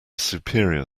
superior